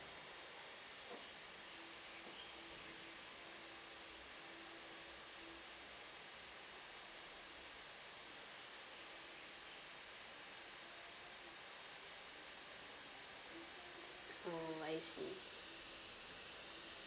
oh I see